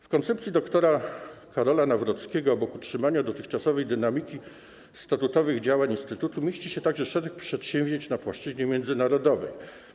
W koncepcji dr. Karola Nawrockiego obok utrzymania dotychczasowej dynamiki statutowych działań instytutu mieści się także wiele przedsięwzięć na płaszczyźnie międzynarodowej.